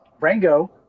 Rango